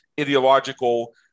ideological